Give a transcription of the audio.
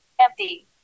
Empty